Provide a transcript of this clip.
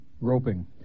Roping